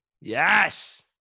Yes